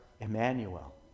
Emmanuel